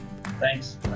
Thanks